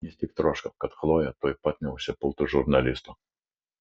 jis tik troško kad chlojė tuoj pat neužsipultų žurnalisto